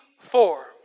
four